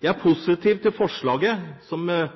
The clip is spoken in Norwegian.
Jeg er positiv til forslaget som